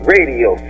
Radio